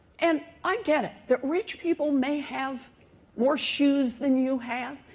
and i get it that rich people may have more shoes than you have,